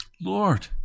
Lord